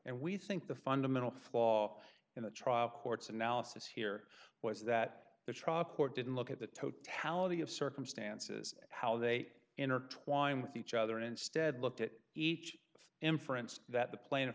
and we think the fundamental flaw in the trial court's analysis here was that the trial court didn't look at the totality of circumstances how they intertwine with each other instead looked at each inference that the pla